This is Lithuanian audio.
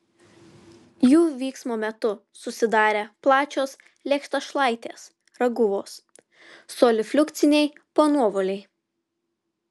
jų vyksmo metu susidarė plačios lėkštašlaitės raguvos solifliukciniai panuovoliai